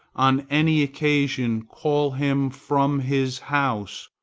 on any occasion call him from his house,